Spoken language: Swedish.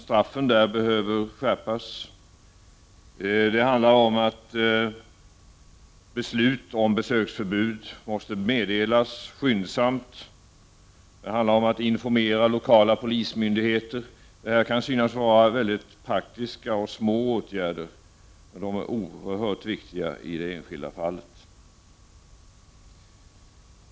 Straffskalan behöver skärpas. Beslut om besöksförbud måste meddelas skyndsamt. Lokala polismyndigheter måste informeras. Det kan synas vara praktiska och små åtgärder, men de är oerhört viktiga i det enskilda fallet.